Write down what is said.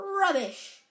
Rubbish